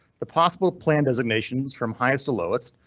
the possible plan designations from highest to lowest,